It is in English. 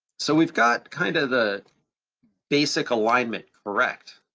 so we've got kind of the basic alignment correct,